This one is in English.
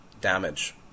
damage